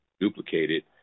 duplicated